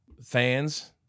fans